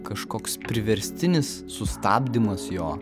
kažkoks priverstinis sustabdymas jo